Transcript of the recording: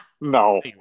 no